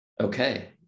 Okay